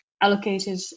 allocated